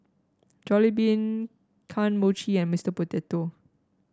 Jollibean Kane Mochi and Mister Potato